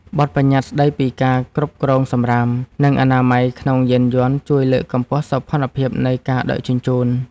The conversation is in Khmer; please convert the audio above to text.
បទប្បញ្ញត្តិស្ដីពីការគ្រប់គ្រងសំរាម និងអនាម័យក្នុងយានយន្តជួយលើកកម្ពស់សោភ័ណភាពនៃការដឹកជញ្ជូន។